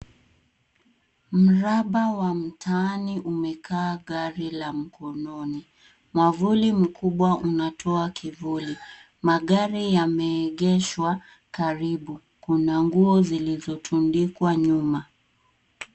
Mraba wa mtaani umejaa gari la mkononi, mwavuli mkubwa unatoa kivuli. Magari yameegeshwa karibu. Kuna nguo zilizotundikwa nyuma.